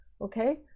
okay